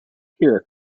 here